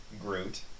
Groot